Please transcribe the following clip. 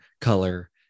color